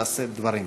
לשאת דברים.